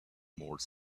more